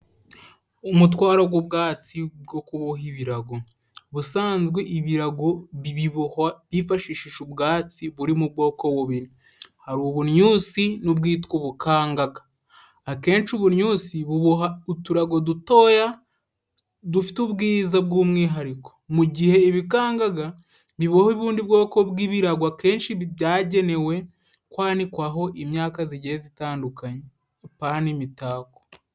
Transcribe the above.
Umutwaro g'ubwatsi bwo kuboha ibirago. busanzwe ibirago bibibohwa hifashishijwe ubwatsi buri mu bwoko bubiri hari ubunyusi n'ubwitwa ubukangaga akenshi ubunyusi buboha uturago dutoya dufite ubwiza bw'umwihariko mu gihe ibikangaga ni wowe ubundi bwoko bw'ibirago akenshi byagenewe kwanikwaho imyaka zigiye zitandukanye n'imitako.